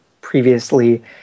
previously